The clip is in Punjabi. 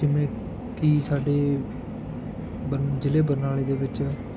ਜਿਵੇਂ ਕਿ ਸਾਡੇ ਬਰ ਜ਼ਿਲ੍ਹੇ ਬਰਨਾਲੇ ਦੇ ਵਿੱਚ